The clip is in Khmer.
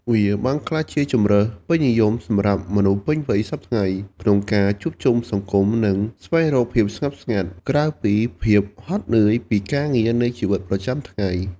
វាបានក្លាយជាជម្រើសពេញនិយមសម្រាប់មនុស្សពេញវ័យសព្វថ្ងៃ ក្នុងការជួបជុំសង្គម និងស្វែងរកភាពស្ងប់ស្ងាត់ ក្រៅពីភាពហត់នឿយពីការងារនៃជីវិតប្រចាំថ្ងៃ។